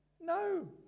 No